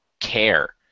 care